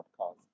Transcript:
podcast